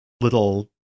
little